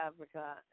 Africa